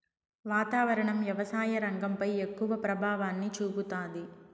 వాతావరణం వ్యవసాయ రంగంపై ఎక్కువ ప్రభావాన్ని చూపుతాది